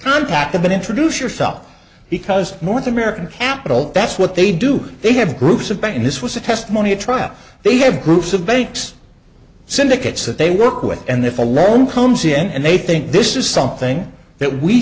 contact them and introduce yourself because more the american capital that's what they do they have groups of bank and this was a testimony a trial they have groups of banks syndicates that they work with and if a loan comes in and they think this is something that we